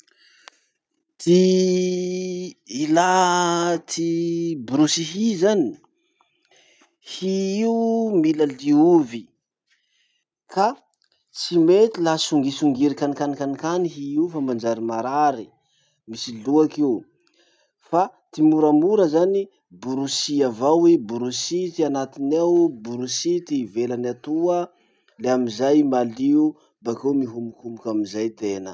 Ty ilà ty borosy hy zany, hy io mila liovy ka tsy mety laha songisongiry kanikany kanikany hy io fa manjary marary. Misy loaky io, fa ty moramora zany borosy avao i, borosy ty anatiny ao borosy ty ivelany ato. Le amizay malio, bakeo mihomokomoky amizay tena.